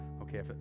Okay